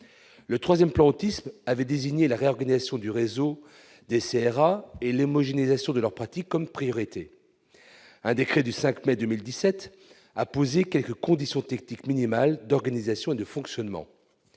Le troisième plan Autisme avait fait de la réorganisation du réseau des CRA et de l'homogénéisation de leurs pratiques une priorité. Un décret du 5 mai 2017 a posé quelques « conditions techniques minimales d'organisation et de fonctionnement